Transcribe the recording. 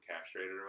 castrated